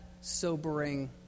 sobering